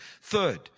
third